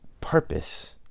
Purpose